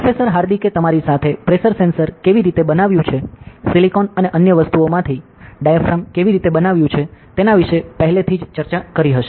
professor હાર્દિકે તમારી સાથે પ્રેશર સેન્સર કેવી રીતે બનાવ્યું છે સિલિકોન અને અન્ય વસ્તુઓમાંથી ડાયાફ્રેમ કેવી રીતે બનાવ્યું છે તેના વિષે પહેલેથી જ ચર્ચા કરી હશે